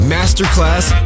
Masterclass